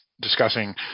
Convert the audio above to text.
discussing